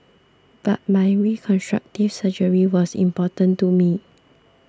but my reconstructive surgery was important to me